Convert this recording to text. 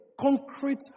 concrete